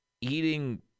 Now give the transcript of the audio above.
eating